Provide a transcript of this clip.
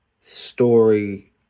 story